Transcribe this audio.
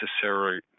necessary